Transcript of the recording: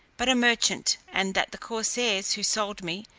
but a merchant, and that the corsairs, who sold me,